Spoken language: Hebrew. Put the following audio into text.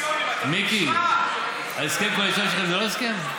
מיקי, ההסכם הקואליציוני שלכם הוא לא הסכם?